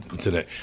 today